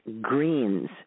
greens